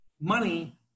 money